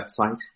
website